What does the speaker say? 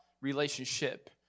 relationship